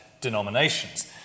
denominations